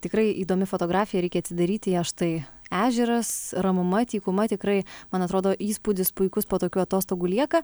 tikrai įdomi fotografija reikia atsidaryti ją štai ežeras ramuma tykuma tikrai man atrodo įspūdis puikus po tokių atostogų lieka